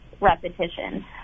repetition